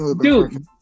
Dude